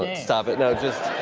stop it. no, just